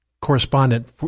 correspondent